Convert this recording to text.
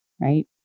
right